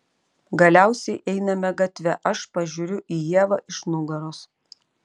galiausiai einame gatve aš pažiūriu į ievą iš nugaros